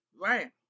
Right